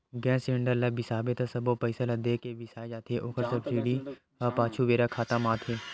गेस cylinder ल बिसाबे त सबो पइसा ल दे के बिसाए जाथे ओखर सब्सिडी ह पाछू बेरा खाता म आथे